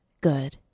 Good